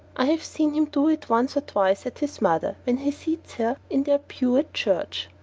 i have seen him do it once or twice at his mother when he seats her in their pew at church,